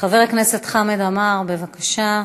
חבר הכנסת חמד עמאר, בבקשה,